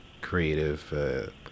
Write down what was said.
creative